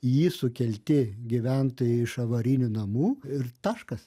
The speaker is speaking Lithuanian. į jį sukelti gyventojai iš avarinių namų ir taškas